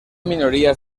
minorías